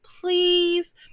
please